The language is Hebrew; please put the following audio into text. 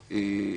תודה.